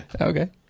Okay